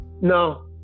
no